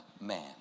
man